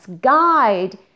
guide